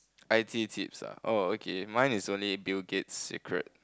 I_T tips ah oh okay mine is only Bill-Gates' secret